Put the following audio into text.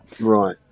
Right